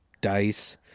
dice